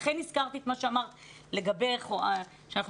לכן הזכרתי את מה שאמרת לגבי זה שאנחנו